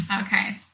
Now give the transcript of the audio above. okay